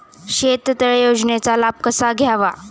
शेततळे योजनेचा लाभ कसा घ्यावा?